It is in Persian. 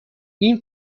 این